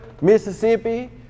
Mississippi